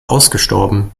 ausgestorben